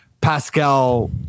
Pascal